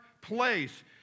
place